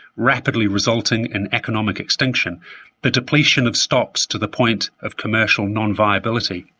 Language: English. rapidly resulting in economic extinction the depletion of stocks to the point of commercial non-viability.